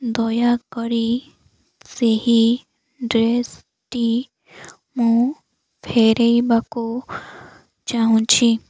ଦୟାକରି ସେହି ଡ୍ରେସ୍ଟି ମୁଁ ଫେରେଇବାକୁ ଚାହୁଁଛି